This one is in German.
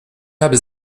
habe